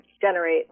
generate